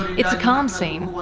it's a calm scene,